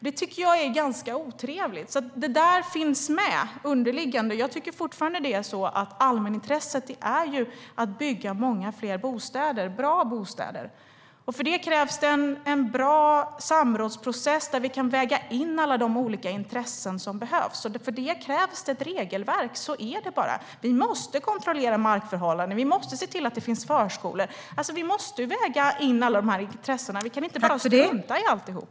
Det tycker jag är ganska otrevligt. Det där finns underliggande. Jag tycker fortfarande att allmänintresset är att bygga många fler bostäder, bra bostäder. För det krävs det en bra samrådsprocess där vi kan väga in alla olika intressen. För det krävs det ett regelverk - så är det bara. Vi måste kontrollera markförhållanden. Vi måste se till att det finns förskolor. Vi måste väga in alla de här intressena. Vi kan inte bara strunta i alltihop.